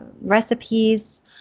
recipes